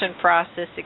process